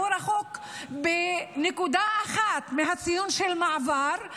שהוא רחוק בנקודה אחת מהציון של מעבר,